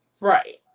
Right